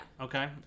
Okay